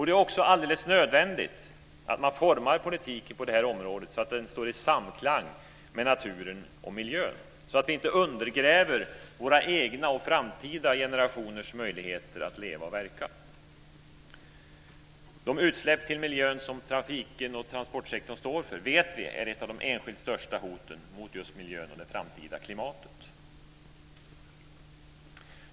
Det är också alldeles nödvändigt att forma politiken på området så att den står i samklang med naturen och miljön, så att vi inte undergräver våra egna och framtida generationers möjligheter att leva och verka. De utsläpp till miljön som trafiken och transportsektorn står för vet vi är ett av de enskilt största hoten mot miljön och det framtida klimatet.